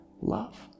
love